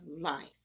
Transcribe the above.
life